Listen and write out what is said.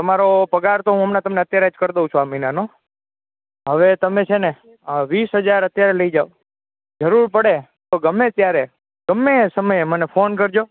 તમારો પગાર તો હું હમણાં અત્યારે જ કર દવ છું આ મહિનાનો હવે તમે છે ને વીસ હજાર અત્યારે લઇ જાવ જરૂર પડે તો ગમે ત્યારે ગમે એ સમયે મને ફોન કરજો